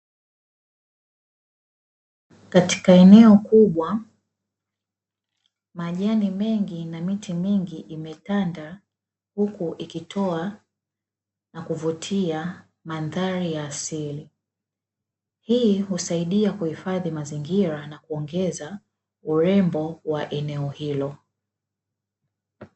Katika eneo kubwa, majani mengi na miti mingi imetanda huku ikitoa na kuvutia mandhari ya asili. Hii husaidia kuhifadhi mazingira na kuongeza urembo wa eneo hilo.